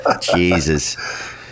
Jesus